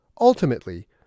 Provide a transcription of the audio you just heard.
Ultimately